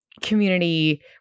community